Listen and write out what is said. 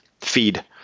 feed